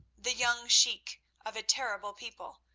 the young sheik of a terrible people,